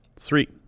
Three